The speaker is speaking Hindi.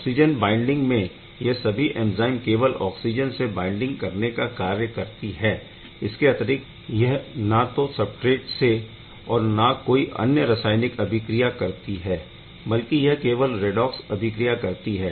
ऑक्सिजन बाइंडिंग में यह सभी एंज़ाइम केवल ऑक्सिजन से बाइंड करने का कार्य करती है इसके अतिरिक्त यह ना तो सबस्ट्रेट से और ना कोई अन्य रासायनिक अभिक्रिया करती है बल्कि यह केवल रेडॉक्स अभिक्रिया करती है